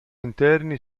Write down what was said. interni